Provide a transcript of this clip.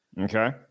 Okay